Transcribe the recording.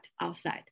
outside